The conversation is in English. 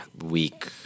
week